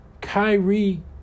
Kyrie